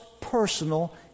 personal